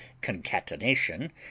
concatenation